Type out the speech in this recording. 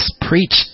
preach